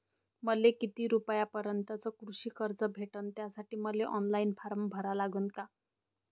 मले किती रूपयापर्यंतचं कृषी कर्ज भेटन, त्यासाठी मले ऑनलाईन फारम भरा लागन का?